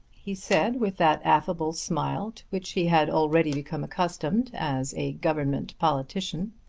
he said with that affable smile to which he had already become accustomed as a government politician.